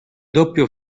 doppio